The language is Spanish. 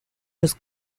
los